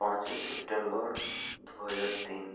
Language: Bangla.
পাঁচই সেপ্টেম্বর দুহাজার তিন